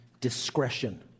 discretion